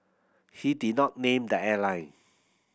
he did not name the airline